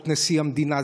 זכה בפרס אות נשיא המדינה,